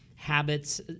Habits